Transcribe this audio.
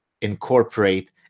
incorporate